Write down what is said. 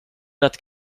that